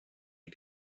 you